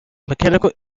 mechanical